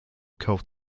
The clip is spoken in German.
kauft